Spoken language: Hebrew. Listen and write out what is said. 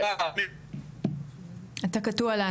היא -- אתה קטוע לנו.